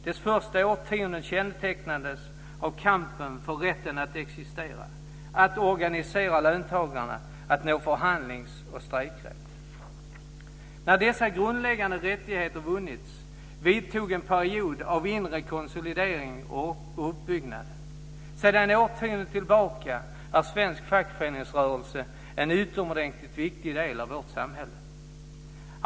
Dess första årtionden kännetecknades av kampen för rätten att existera, att organisera löntagarna och att nå förhandlings och strejkrätt. När dessa grundläggande rättigheter vunnits vidtog en period av inre konsolidering och uppbyggnad. Sedan årtionden tillbaka är svensk fackföreningsrörelse en utomordentligt viktig del av vårt samhälle.